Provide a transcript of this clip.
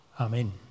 Amen